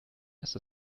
ist